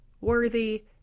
worthy